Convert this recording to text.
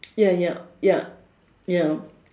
ya ya ya ya